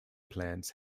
plants